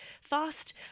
fast